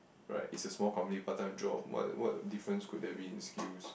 right it's a small company part time job but what difference could there be in skills